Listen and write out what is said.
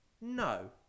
No